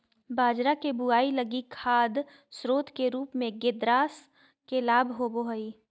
बाजरा के बुआई लगी खाद स्रोत के रूप में ग्रेदास के लाभ होबो हइ